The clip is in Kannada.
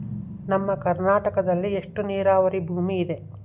ನಮ್ಮ ಕರ್ನಾಟಕದಲ್ಲಿ ಎಷ್ಟು ನೇರಾವರಿ ಭೂಮಿ ಇದೆ?